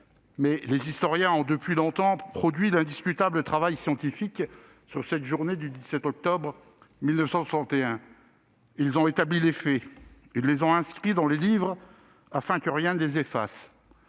soit, les historiens ont depuis longtemps produit un travail scientifique indiscutable sur cette journée du 17 octobre 1961. Ils ont établi les faits. Ils les ont inscrits dans les livres afin que rien ne les efface.